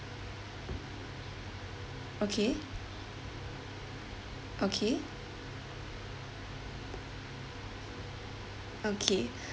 okay okay okay